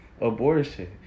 abortion